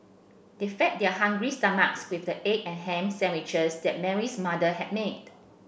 they fed their hungry stomachs with the egg and ham sandwiches that Mary's mother had made